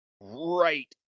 right